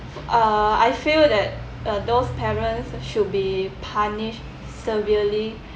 uh I feel that uh those parents should be punished severely